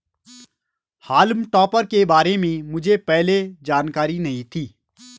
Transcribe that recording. हॉल्म topper के बारे में मुझे पहले जानकारी नहीं थी